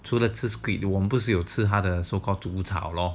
除了吃 squid 我们不是有吃他的 so called 煮炒咯